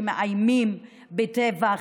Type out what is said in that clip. שמאיימים בטבח,